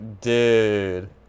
dude